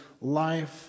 life